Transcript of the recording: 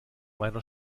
meiner